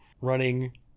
running